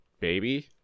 baby